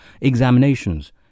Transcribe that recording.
examinations